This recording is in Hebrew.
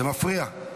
זה מפריע.